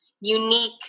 unique